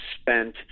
spent